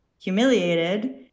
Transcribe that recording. humiliated